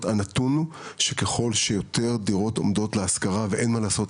הנתון הוא שככל שיותר דירות עומדות להשכרה ואין מה לעשות,